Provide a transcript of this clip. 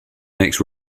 makes